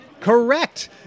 Correct